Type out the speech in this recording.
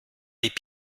les